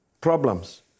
problems